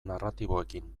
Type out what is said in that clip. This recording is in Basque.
narratiboekin